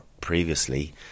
previously